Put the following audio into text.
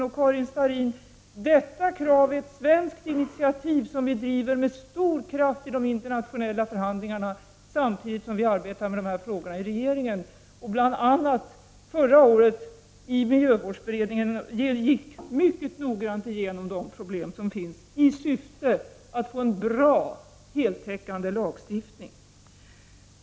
Detta krav, Karin Starrin, är ett svenskt initiativ som vi driver med stor kraft i de interntionella förhandlingarna, samtidigt som vi arbetar med de här frågorna i regeringen och bl.a. förra året i miljövårdsberedningen gick mycket noggrant igenom de problem som finns, i syfte att få en bra och heltäckande lagstiftning.